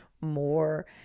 more